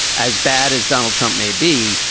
as bad as donald trump may be,